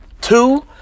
Two